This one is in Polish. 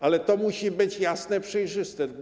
Ale to musi być jasne, przejrzyste.